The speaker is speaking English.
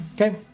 Okay